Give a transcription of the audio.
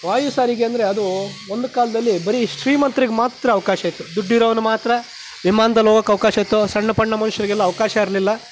ವಾಯು ಸಾರಿಗೆ ಅಂದರೆ ಅದು ಒಂದು ಕಾಲದಲ್ಲಿ ಬರೀ ಶೀಮಂತರಿಗೆ ಮಾತ್ರ ಅವಕಾಶ ಇತ್ತು ದುಡ್ಡಿರೋನು ಮಾತ್ರ ವಿಮಾನದಲ್ಲಿ ಹೋಗೋಕ್ಕೆ ಅವಕಾಶ ಇತ್ತು ಸಣ್ಣ ಪಣ್ಣ ಮನುಷ್ಯರಿಗೆಲ್ಲ ಅವಕಾಶ ಇರಲಿಲ್ಲ